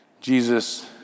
Jesus